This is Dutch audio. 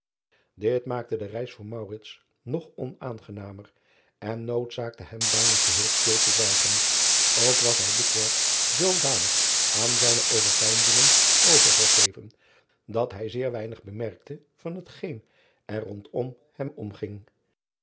ijnslager te de reis voor nog onaangenamer en noodzaakte hem bijna geheel stil te zwijgen ok was hij dikwerf zoodanig aan zijne overpeinzingen overgegeven dat by zeer weinig bemerkte van hetgeen er rondom hem omging